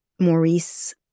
Maurice